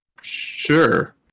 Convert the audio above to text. sure